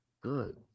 Good